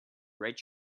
red